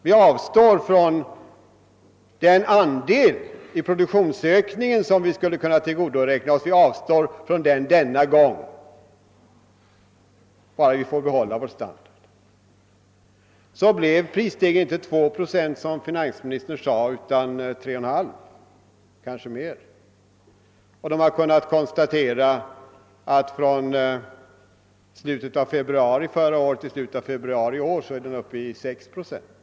Vi avstår denna gång från den andel i produktionsökningen som vi skulle kunna tillgodoräkna oss, bara vi får behålla vår standard.» Så blev prisstegringen inte 2 procent, som finansministern trodde, utan 3,5 procent, kanske mer. De har också kunnat konstatera att den från slutet av februari förra året till slutet av februari i år har uppgått till 6 procent.